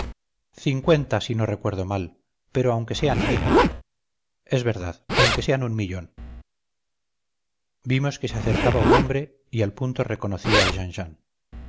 cincuenta si no recuerdo mal pero aunque sean mil es verdad aunque sea un millón vimos que se acercaba un hombre y al punto reconocí